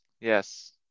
Yes